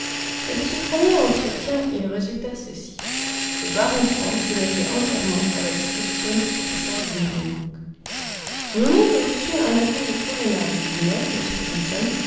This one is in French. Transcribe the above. mais de ce premier entretien il résulta ceci que le baron trampe se mettait entièrement à la disposition du professeur lidenbrock mon oncle reçut un accueil fort aimable du maire m finson